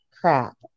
crap